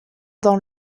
dans